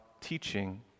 teaching